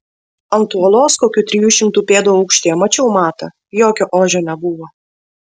ant uolos kokių trijų šimtų pėdų aukštyje mačiau matą jokio ožio nebuvo